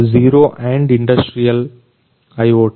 0 and industrial IoT